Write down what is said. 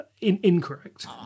incorrect